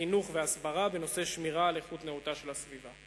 חינוך והסברה בנושא שמירה על איכות נאותה של הסביבה.